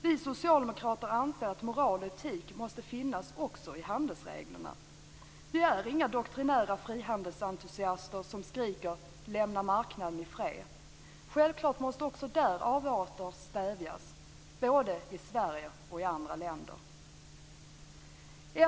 Vi socialdemokrater anser att moral och etik måste finnas också i handelsreglerna. Vi är inga doktrinära frihandelsentusiaster som skriker "lämna marknaden i fred". Självklart måste avarter stävjas också där, både i Sverige och i andra länder.